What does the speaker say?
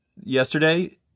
yesterday